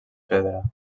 pedra